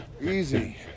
easy